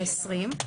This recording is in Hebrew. ה-20,